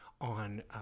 on